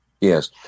Yes